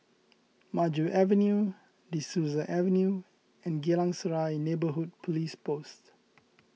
Maju Avenue De Souza Avenue and Geylang Serai Neighbourhood Police Post